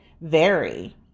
vary